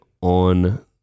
on